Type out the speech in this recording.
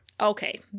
okay